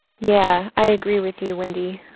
yeah, i agree with you, wendy.